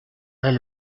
elle